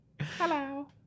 Hello